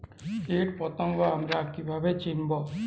কীটপতঙ্গ আমরা কীভাবে চিনব?